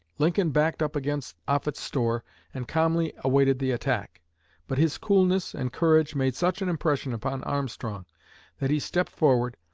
lincoln backed up against offutt's store and calmly awaited the attack but his coolness and courage made such an impression upon armstrong that he stepped forward,